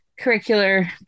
curricular